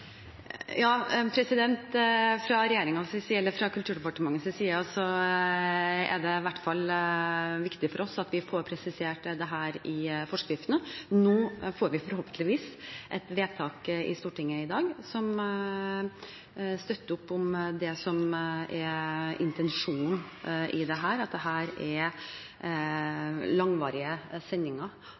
Fra Kulturdepartementets side er det i hvert fall viktig at vi får presisert dette i forskriften. Nå får vi forhåpentligvis et vedtak i Stortinget i dag som støtter opp om det som er intensjonen i dette, at dette gjelder langvarige sendinger av f.eks. sportsevenementer der det ikke er